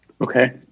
Okay